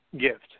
gift